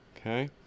Okay